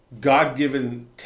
God-given